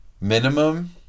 minimum